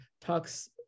talks